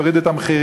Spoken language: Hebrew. יוריד את המחירים,